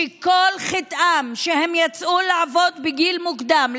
שכל חטאם שהם יצאו לעבוד בגיל מוקדם,